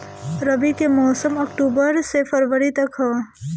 रबी के मौसम अक्टूबर से फ़रवरी तक ह